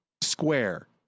square